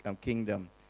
kingdom